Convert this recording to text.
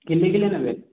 କିଲେ କିଲେ ନେବେ